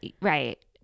right